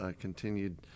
continued